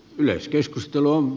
yleiskeskustelu on